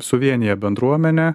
suvienija bendruomenę